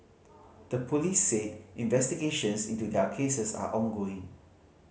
the police said investigations into their cases are ongoing